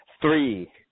three